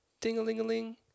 ding-a-ling-a-ling